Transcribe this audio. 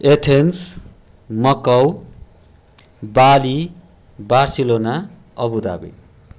Athens Macau Bali Barcelona Abu Dhabi